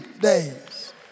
days